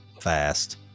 fast